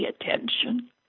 attention